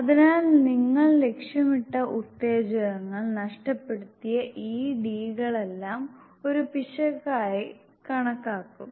അതിനാൽ നിങ്ങൾ ലക്ഷ്യമിട്ട ഉത്തേജകങ്ങൾ നഷ്ടപ്പെടുത്തിയ ഈ d കളെല്ലാം ഒരു പിശകായി കണക്കാക്കും